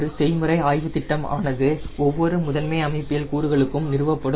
ஒரு செய்முறை ஆய்வு திட்டம் ஆனது ஒவ்வொரு முதன்மை அமைப்பியல் கூறுகளுக்கும் நிறுவப்படும்